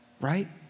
right